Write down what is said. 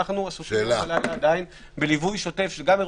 אנחנו עסוקים עדיין בליווי שוטף של אירוע